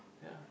yeah